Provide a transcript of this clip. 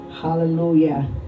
hallelujah